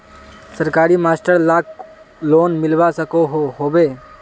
सरकारी मास्टर लाक लोन मिलवा सकोहो होबे?